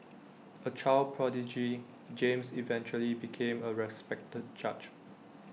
A child prodigy James eventually became A respected judge